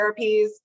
therapies